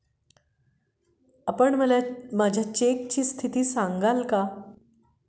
आपण मला माझ्या चेकची स्थिती सांगाल का?